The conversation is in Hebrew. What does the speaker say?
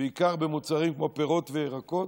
בעיקר במוצרים כמו פירות וירקות,